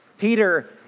Peter